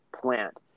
plant